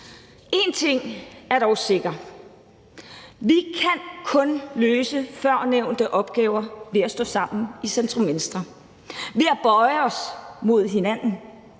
En ting er dog sikker: Vi kan kun løse førnævnte opgaver ved at stå sammen i centrum-venstre, ved at bøje os mod hinanden,